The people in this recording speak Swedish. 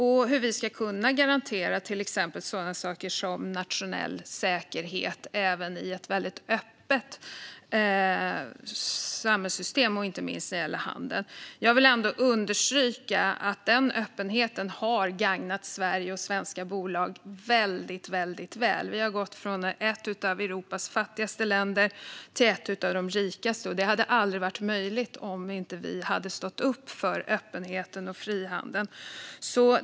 Hur ska vi kunna garantera saker som nationell säkerhet även i ett väldigt öppet samhällssystem, inte minst när det gäller handel? Jag vill ändå understryka att denna öppenhet har gagnat Sverige och svenska bolag väldigt mycket. Vi har gått från att vara ett av Europas fattigaste länder till att vara ett av de rikaste, och det hade aldrig varit möjligt om vi inte hade stått upp för öppenheten och frihandeln.